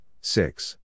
six